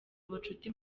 ubucuti